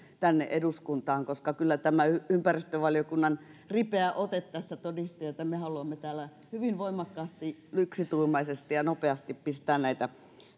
tänne eduskuntaan koska kyllä ympäristövaliokunnan ripeä ote tässä todisti että me haluamme täällä hyvin voimakkaasti yksituumaisesti ja nopeasti kaiken kaikkiaan pistää näitä